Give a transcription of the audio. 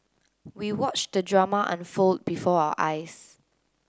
we watched the drama unfold before our eyes